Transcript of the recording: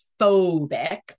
phobic